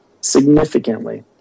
Significantly